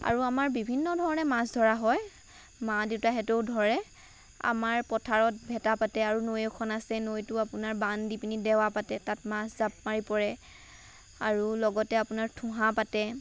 আৰু আমাৰ বিভিন্ন ধৰণে মাছ ধৰা হয় মা দেউতাহঁতেও ধৰে আমাৰ পথাৰত ভেটা পাতে আৰু নৈ এখন আছে নৈতো আপোনাৰ বান্ধ দি পিনি দেৱা পাতে তাত মাছ জাঁপ মাৰি পৰে আৰু লগতে আপোনাৰ ঠোহাঁ পাতে